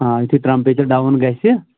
آ یُتھُے temperature down گَژھِ